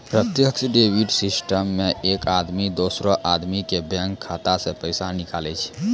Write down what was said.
प्रत्यक्ष debit system मे एक आदमी दोसरो आदमी के बैंक खाता से पैसा निकाले छै